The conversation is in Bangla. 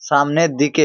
সামনের দিকে